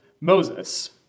Moses